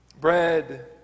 bread